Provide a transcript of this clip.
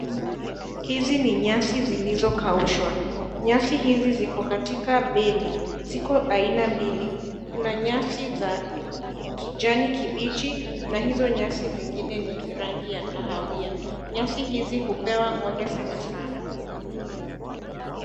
Hizi ni nyasi zilizokaushwa, nyasi hizi ziko katika beli ziko aina mbili kuna nyasi za kijani kibichi na hizo nyasi zingine ni rangi ya kahawia nyasi hizi hupewa ng'ombe sana sana.